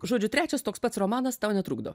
žodžiu trečias toks pats romanas tau netrukdo